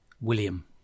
William